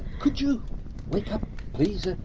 could you wake up please? ah